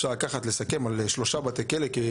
אפשר לסכם על שלושה בתי כלא.